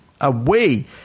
away